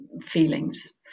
feelings